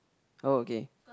oh okay